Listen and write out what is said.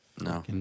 No